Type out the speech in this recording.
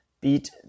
beat